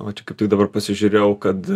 o čia kaip tik dabar pasižiūrėjau kad